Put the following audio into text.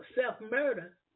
self-murder